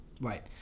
Right